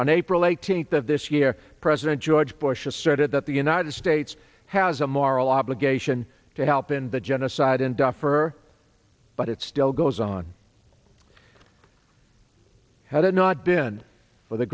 on april eighteenth of this year president george bush asserted that the united states has a moral obligation to help in the genocide in darfur or but it still goes on had not been for the